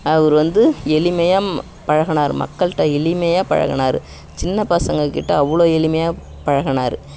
அவரு வந்து எளிமையாக பழகினாரு மக்கள்கிட்ட எளிமையாக பழகினாரு சின்னப் பசங்கக் கிட்ட அவ்வளோ எளிமையாக பழகினாரு